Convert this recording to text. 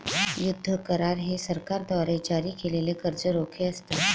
युद्ध करार हे सरकारद्वारे जारी केलेले कर्ज रोखे असतात